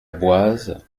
boise